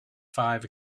five